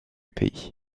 pays